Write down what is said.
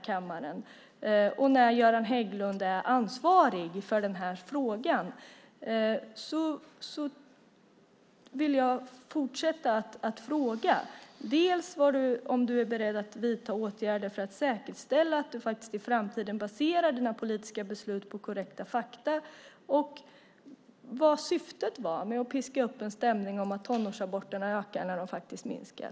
Göran Hägglund är ansvarig för den här frågan så jag vill fortsätta att fråga: Är du beredd att vidta åtgärder för att säkerställa att du i framtiden baserar dina politiska beslut på korrekta fakta? Vad var syftet med att piska upp en stämning om att tonårsaborterna ökar när de faktiskt minskar?